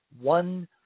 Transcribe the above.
one